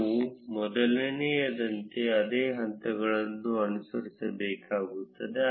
ನಾವು ಮೊದಲಿನಂತೆಯೇ ಅದೇ ಹಂತಗಳನ್ನು ಅನುಸರಿಸಬೇಕಾಗುತ್ತದೆ